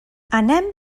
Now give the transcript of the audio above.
anem